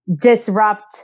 Disrupt